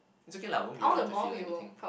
it's okay lah I won't be around to feel anything